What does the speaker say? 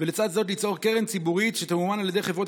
ולצד זאת ליצור קרן ציבורית שתמומן על ידי חברות